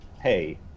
Hey